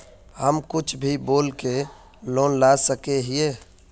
हम कुछ भी बोल के लोन ला सके हिये?